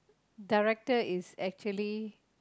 director is actually